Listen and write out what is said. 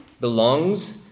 belongs